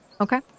Okay